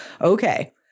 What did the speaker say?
okay